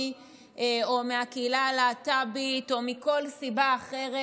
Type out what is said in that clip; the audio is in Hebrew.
או מהקהילה הלהט"בית או מכל סיבה אחרת,